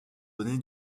donner